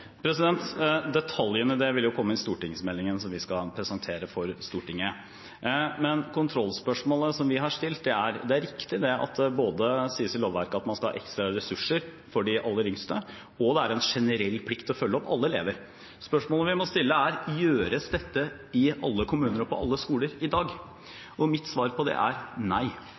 vil komme i stortingsmeldingen som vi skal presentere for Stortinget. Det er riktig at det sies i lovverket at man skal ha ekstra ressurser for de aller yngste, og at det er en generell plikt til å følge opp alle elever. Kontrollspørsmålet vi må stille, er: Gjøres dette i alle kommuner og på alle skoler i dag? Mitt svar på det er nei.